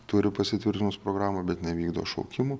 turi pasitvirtinus programą bet nevykdo šaukimų